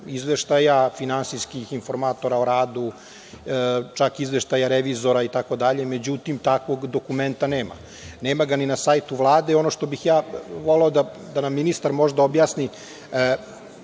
finansijskih informatora o radu, čak izveštaja revizora itd. Međutim, takvog dokumenta nema. Nema ga ni na sajtu Vlade. Ono što bih ja voleo da nam ministar možda objasni,